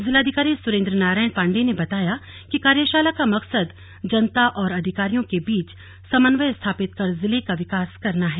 जिलाधिकारी सुरेंद्र नारायण पांडेय ने बताया कि कार्यशाला का मकसद जनता और अधिकारियों के बीच समन्वय स्थापित कर जिले का विकास करना है